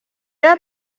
era